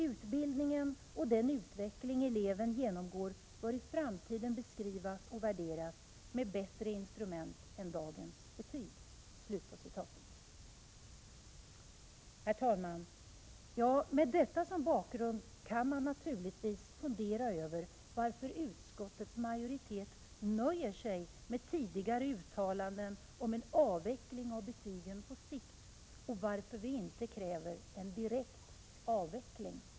Utbildningen och den utveckling eleven genomgår bör i framtiden beskrivas och värderas med bättre instrument än dagens betyg.” Herr talman! Med detta som bakgrund kan man naturligtvis fundera över varför utskottets majoritet nöjer sig med tidigare uttalanden om en avveckling av betygen på sikt och varför vi inte kräver en direkt avveckling.